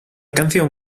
canción